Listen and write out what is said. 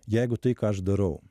jeigu tai ką aš darau